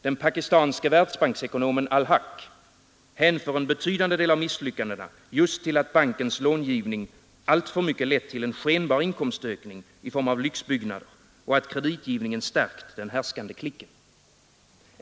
Den pakistanske världsbanksekonomen al Haq hänför en betydande del av misslyckandena just till att bankens långivning alltför mycket lett till en skenbar inkomstökning i form av lyxbyggnader och att kreditgivningen stärkt den härskande klicken.